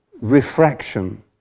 refraction